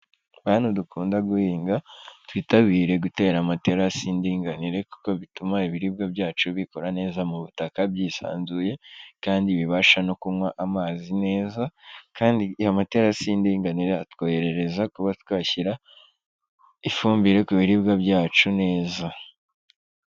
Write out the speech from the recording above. Bantu dukunda guhinga, twitabire gutera amaterasi y'indinganire kuko bituma ibiribwa byacu bikura neza mu butaka byisanzuye, kandi bibasha no kunywa amazi neza, kandi amaterasi y'indinganire atworohereza kuba twashyira, ifumbire ku biribwa byacu neza.